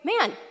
man